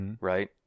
right